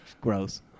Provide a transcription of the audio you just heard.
gross